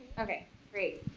okay great.